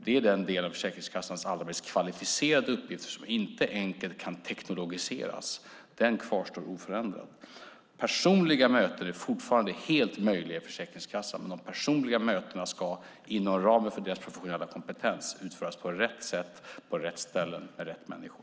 Det är den del av Försäkringskassans allra mest kvalificerade uppgifter som inte enkelt kan teknologiseras. Den kvarstår oförändrad. Personliga möten är fortfarande helt möjliga för Försäkringskassan. Dessa möten ska, inom ramen för Försäkringskassans professionella kompetens, utföras på rätt sätt, på ställen med rätt människor.